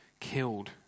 killed